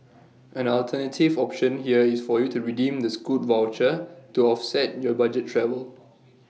an alternative option here is for you to redeem the scoot voucher to offset your budget travel